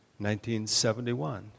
1971